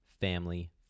family